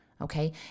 Okay